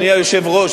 אדוני היושב-ראש,